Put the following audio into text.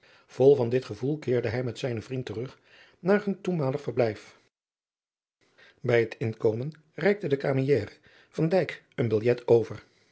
vol van dit gevoel keerde hij met zijnen vriend terug naar hun toenmalig verblijf bij het inkomen reikte de camieriere van dijk een biljet over